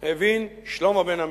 הבין שלמה בן-עמי,